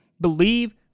Believe